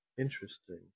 Interesting